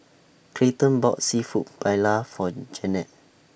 Clayton bought Seafood Paella For Jennette